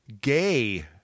gay